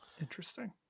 interesting